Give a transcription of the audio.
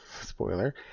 spoiler